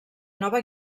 nova